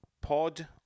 pod